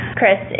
Chris